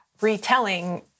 retelling